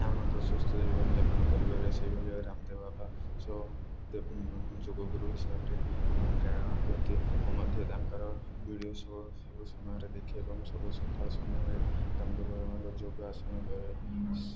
ଆମେ ମଧ୍ୟ ସୁସ୍ଥ ଜୀବନଯାପନ କରିବାରେ ସେଇଭଳି ରାମଦେବ ବାବା ଯୋଗଗୁରୁ ହିସାବରେ ଆମକୁ ପ୍ରେରଣା ଦିଅନ୍ତି ଏବଂ ମଧ୍ୟ ତାଙ୍କର ଭିଡ଼ିଓ ସୋ ସବୁ ସମୟରେ ଦେଖେଇ ଏବଂ ସବୁ ସକାଳ ସମୟରେ ରାମଦେବ ବାବାଙ୍କ ଯୋଗ ଆସନ କରେ